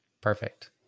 perfect